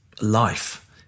life